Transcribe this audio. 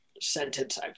sentence